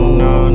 no